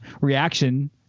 reaction